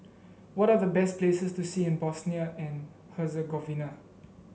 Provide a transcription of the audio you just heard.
what are the best places to see in Bosnia and Herzegovina